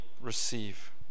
receive